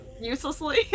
uselessly